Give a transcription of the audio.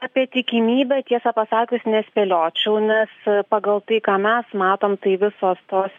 apie tikimybę tiesą pasakius nespėliočiau nes pagal tai ką mes matom tai visos tos